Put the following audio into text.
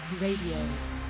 Radio